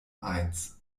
eins